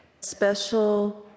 special